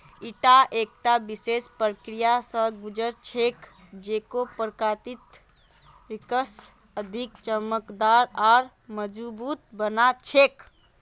ईटा एकता विशेष प्रक्रिया स गुज र छेक जेको प्राकृतिक रेशाक अधिक चमकदार आर मजबूत बना छेक